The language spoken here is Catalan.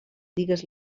digues